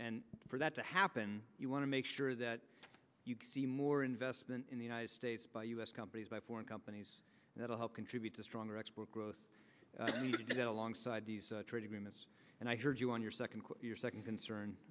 and for that to happen you want to make sure that you can see more investment in the united states by u s companies by foreign companies that'll help contribute to stronger export growth alongside these trade agreements and i heard you on your second quarter second concern